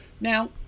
Now